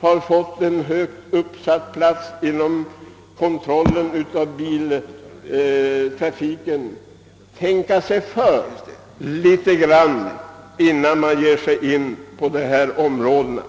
har fått en högt uppsatt plats inom kontrollen av biltrafiken, tänka sig för litet grand innan han slår sig på något sådant?